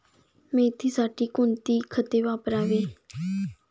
मेथीसाठी कोणती खते वापरावी?